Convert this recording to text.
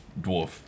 dwarf